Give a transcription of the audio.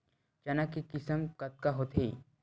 चना के किसम कतका होथे?